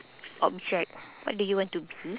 object what do you want to be